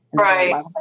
Right